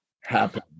happen